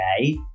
okay